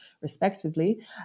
respectively